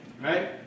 right